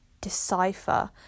decipher